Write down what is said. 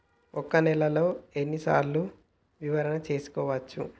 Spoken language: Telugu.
ఒక నెలలో ఎన్ని సార్లు వివరణ చూసుకోవచ్చు?